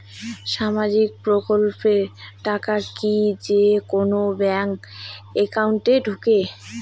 সামাজিক প্রকল্পের টাকা কি যে কুনো ব্যাংক একাউন্টে ঢুকে?